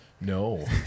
No